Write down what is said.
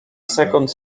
sekund